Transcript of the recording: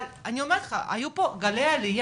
אבל אני אומרת לך, היו פה גלי עליה